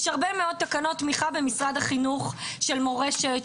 יש הרבה מאוד תקנות תמיכה במשרד החינוך של מורשת,